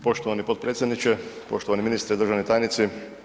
Poštovani potpredsjedniče, poštovani ministre, državni tajnici.